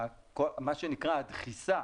מה שנקרא הדחיסה